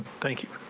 thank you